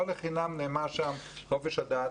לא לחינם נאמר שם חופש הדת,